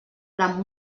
gran